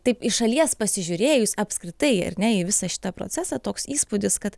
taip iš šalies pasižiūrėjus apskritai ar ne į visą šitą procesą toks įspūdis kad